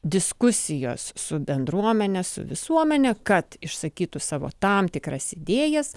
diskusijos su bendruomene su visuomene kad išsakytų savo tam tikras idėjas